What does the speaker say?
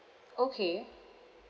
okay